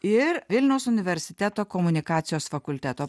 ir vilniaus universiteto komunikacijos fakulteto